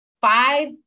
five